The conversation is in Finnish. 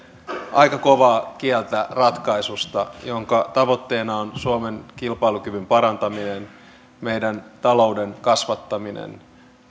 aika kovaa kieltä ratkaisusta jonka tavoitteena on suomen kilpailukyvyn parantaminen meidän talouden kasvattaminen